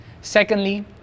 Secondly